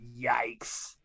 Yikes